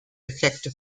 effekte